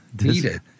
needed